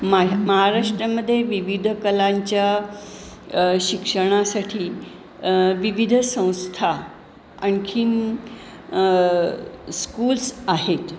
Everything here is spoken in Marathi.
मा महाराष्ट्रामध्ये विविध कलांच्या शिक्षणासाठी विविध संस्था आणखीन स्कूल्स आहेत